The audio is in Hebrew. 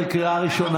לכבד את המליאה.